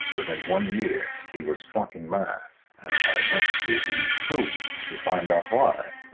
within one year, he was flunking math. and i went to the school to find out why.